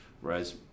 whereas